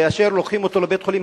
כאשר לוקחים אותו לבית-החולים,